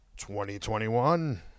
2021